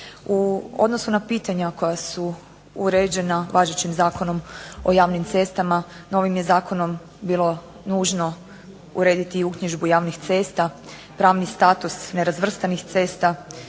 U odnosu na pitanja koja su uređena važećim Zakonom o javnim cestama novim je zakonom bilo nužno urediti i uknjižbu javnih cesta, pravni status nerazvrstanih cesta,